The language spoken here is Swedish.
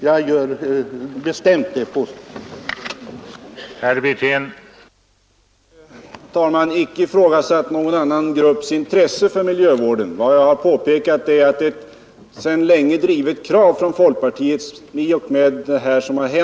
Jag vill bestämt göra det påståendet.